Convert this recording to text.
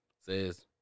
Says